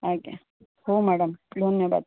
ଆଜ୍ଞା ହେଉ ମ୍ୟାଡମ୍ ଧନ୍ୟବାଦ